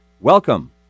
welcome